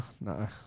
No